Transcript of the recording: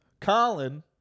Colin